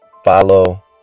Follow